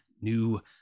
new